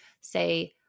say